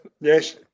Yes